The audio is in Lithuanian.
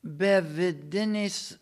be vidinės